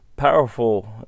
Powerful